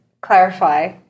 clarify